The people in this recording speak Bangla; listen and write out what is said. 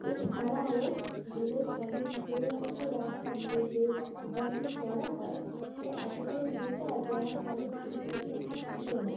এছাড়াও দুলের কানের ভিতরের অংশে রাখা দে যেটা আর কি পরা হয় সেটা এতটাই মোটা যে আমার কানের ছিদ্র দিয়ে ঢুকছিলো না